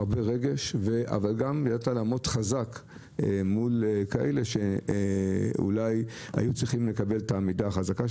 אבל עמדת חזק מול כאלה שאולי היו צריכים לקבל את עמידתך החזקה.